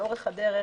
לאורך הדרך,